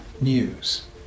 news